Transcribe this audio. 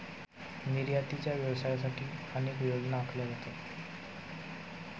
निर्यातीच्या व्यवसायासाठी अनेक योजना आखल्या जातात